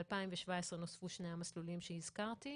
ב-2017 נוספו שני המסלולים שהזכרתי,